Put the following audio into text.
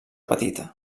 petita